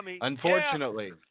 Unfortunately